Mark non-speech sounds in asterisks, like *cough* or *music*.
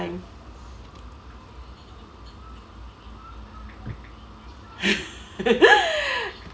*laughs*